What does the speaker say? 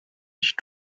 ich